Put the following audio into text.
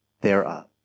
thereof